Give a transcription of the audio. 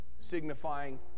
signifying